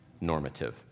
normative